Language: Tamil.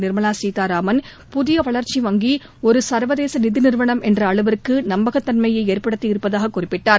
நிாமலா சீதாராமன் புதிய வளர்ச்சி வங்கி ஒரு சள்வதேச நிதி நிறுவனம் என்ற அளவிற்கு நம்பகத்தன்மையை ஏற்படுத்தி இருப்பதாக குறிப்பிட்டார்